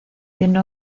tiene